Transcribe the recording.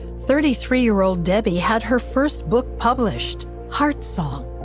thirty three year old debbie had her first book published, heartsong.